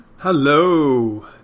Hello